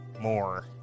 more